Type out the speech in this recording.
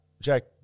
Jack